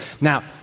Now